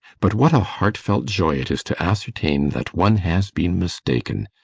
but what a heartfelt joy it is to ascertain that one has been mistaken!